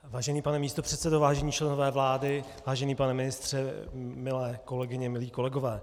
Vážený pane místopředsedo, vážení členové vlády, vážený pane ministře, milé kolegyně, milí kolegové.